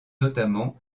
notamment